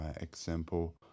example